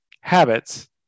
habits